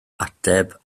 ateb